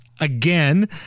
again